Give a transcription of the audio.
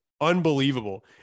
unbelievable